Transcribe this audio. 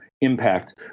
impact